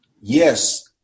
yes